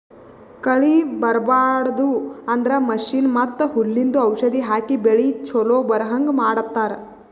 ಕಳಿ ಬರ್ಬಾಡದು ಅಂದ್ರ ಮಷೀನ್ ಮತ್ತ್ ಹುಲ್ಲಿಂದು ಔಷಧ್ ಹಾಕಿ ಬೆಳಿ ಚೊಲೋ ಬರಹಂಗ್ ಮಾಡತ್ತರ್